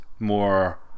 More